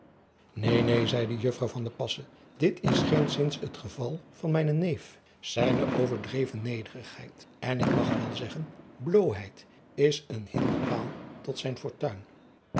een neen zeide uffrouw it is geenszins het geval van mijnen neef ijne overdreven nederigheid en ik mag wel zeggen bloôheid is een hinderpaal tot zijn fortuin